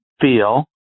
feel